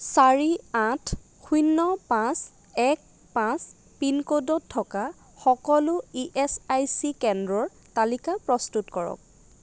চাৰি আঠ শূন্য় পাঁচ এক পাঁচ পিনক'ডত থকা সকলো ই এচ আই চি কেন্দ্ৰৰ তালিকা প্ৰস্তুত কৰক